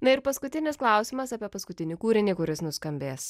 na ir paskutinis klausimas apie paskutinį kūrinį kuris nuskambės